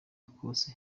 kose